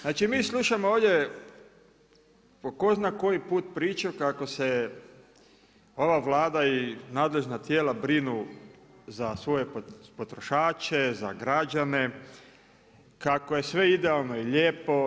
Znači mi slušamo ovdje po ko zna koji put priču kako se ova Vlada i nadležna tijela brinu za svoje potrošače, za građane, kako je sve idealno i lijepo.